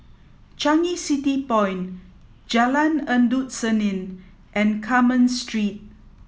Changi City Point Jalan Endut Senin and Carmen Street